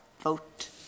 vote